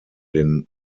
den